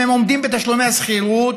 אם הם עומדים בתשלומי השכירות,